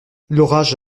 l’orage